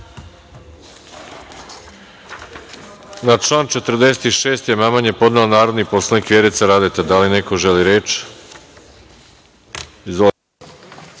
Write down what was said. Na član 46. amandman je podnela narodni poslanik Vjerica Radeta. Da li neko želi reč? Izvolite.